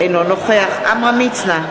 אינו נוכח עמרם מצנע,